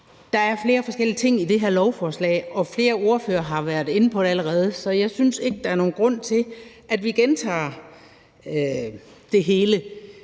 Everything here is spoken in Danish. Der er flere forskellige ting i det her lovforslag. Flere ordførere har været inde på det allerede, så jeg synes ikke, der er nogen grund til at gentage det hele.